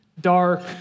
dark